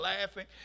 laughing